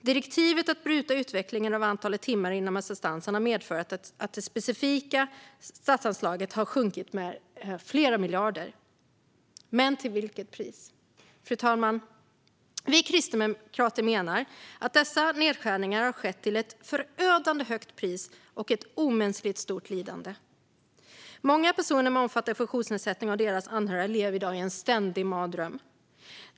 Direktivet att bryta utvecklingen av antalet timmar inom assistansen har medfört att det specifika statsanslaget har minskat med flera miljarder. Men till vilket pris har det skett? Fru talman! Vi kristdemokrater menar att dessa nedskärningar har skett till ett förödande högt pris och ett omänskligt stort lidande. Många personer med omfattande funktionsnedsättning och deras anhöriga lever i dag i en ständig mardröm.